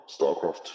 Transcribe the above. StarCraft